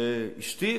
אשתי,